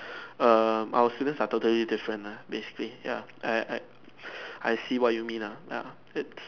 um our students are totally different lah basically ya I I I see what you mean lah ya it's